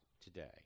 today